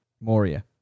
Moria